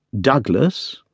Douglas